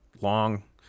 long